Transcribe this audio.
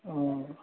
औ